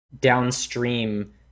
downstream